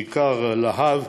בעיקר "להב"